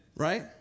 right